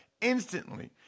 instantly